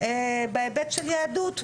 בהיבט של יהדות.